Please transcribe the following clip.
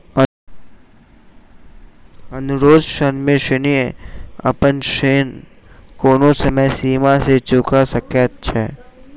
अनुरोध ऋण में ऋणी अपन ऋण कोनो समय सीमा में चूका सकैत छै